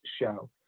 show